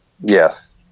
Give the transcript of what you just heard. Yes